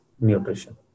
nutrition